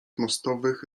mostowych